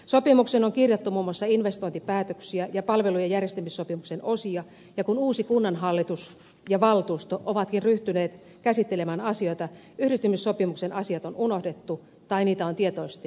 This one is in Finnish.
sopimukseen on kirjattu muun muassa investointipäätöksiä ja palvelujen järjestämissopimuksen osia ja kun uusi kunnanhallitus ja valtuusto ovatkin ryhtyneet käsittelemään asioita yhdistymissopimuksen asiat on unohdettu tai niitä on tietoisesti muutettu